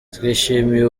twishimiye